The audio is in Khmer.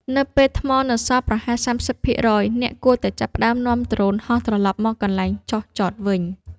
នៅពេលថ្មនៅសល់ប្រហែល ៣០% អ្នកគួរតែចាប់ផ្ដើមនាំដ្រូនហោះត្រលប់មកកន្លែងចុះចតវិញ។